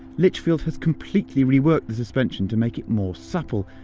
litchfield has completely reworked the suspension to make it more supple.